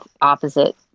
opposite